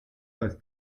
das